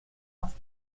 auf